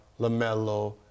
LaMelo